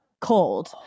cold